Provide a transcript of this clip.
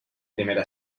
primera